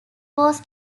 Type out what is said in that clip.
was